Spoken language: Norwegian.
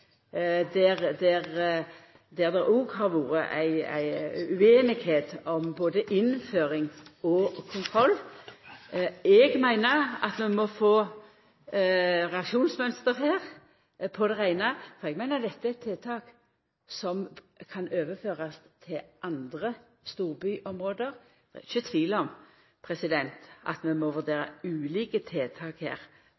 der det òg har vore ueinigheit om både innføring og kontroll. Eg meiner at vi må få relasjonsmønsteret her på det reine, for eg meiner dette er tiltak som kan overførast til andre storbyområde. Det er ikkje tvil om at vi må